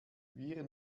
wir